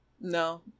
no